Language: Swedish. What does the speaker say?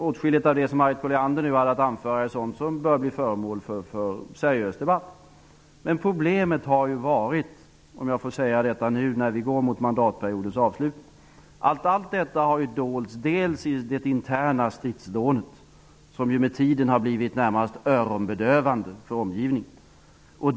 Åtskilligt av det som Harriet Colliander nu hade att anföra är sådant som bör bli föremål för en seriös debatt. Nu går vi mot mandatperiodens avslutning. Då kan jag säga att problemet har varit att allt detta har dolts av det interna stridsdånet, som med tiden har blivit närmast öronbedövande för omgivningen.